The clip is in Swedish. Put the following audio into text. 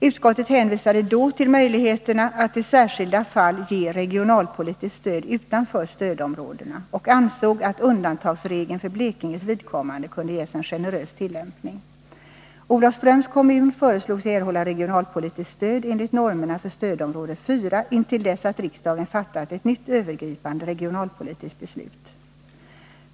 Utskottet hänvisade då till möjligheterna att i särskilda fall ge regionalpolitiskt stöd utanför stödområdena och ansåg att undantagsregeln för Blekinges vidkommande kunde ges en generös tillämpning.